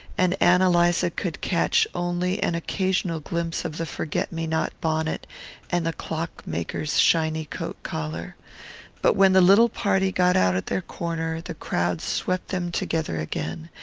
and ann eliza could catch only an occasional glimpse of the forget-me-not bonnet and the clock-maker's shiny coat-collar but when the little party got out at their corner the crowd swept them together again,